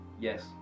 Yes